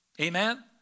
Amen